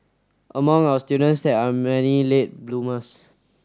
among our students there are many late bloomers